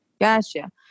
Gotcha